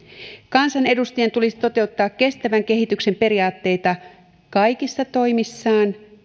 kansanedustajien tulisi toteuttaa kestävän kehityksen periaatteita kaikissa toimissaan